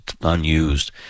unused